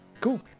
Cool